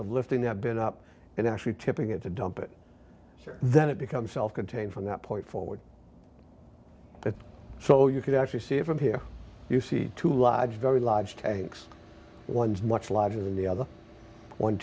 of lifting have been up and actually tipping it to dump it here then it becomes self contained from that point forward so you could actually see it from here you see two large very large tanks ones much larger than the other one